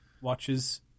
watches